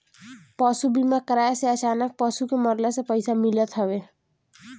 पशु बीमा कराए से अचानक पशु के मरला से पईसा मिलत हवे